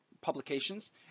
publications